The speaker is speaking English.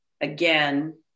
again